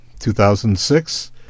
2006